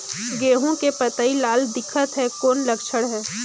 गहूं के पतई लाल दिखत हे कौन लक्षण हे?